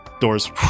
doors